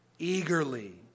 Eagerly